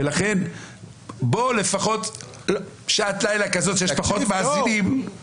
ולכן בוא לפחות בשעת לילה כזאת שיש פחות מאזינים,